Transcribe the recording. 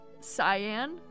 Cyan